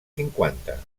cinquanta